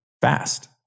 fast